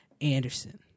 Anderson